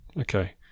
okay